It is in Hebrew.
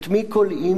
את מי כולאים?